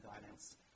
guidance